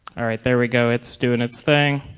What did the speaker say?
all right there we go it's doing its thing.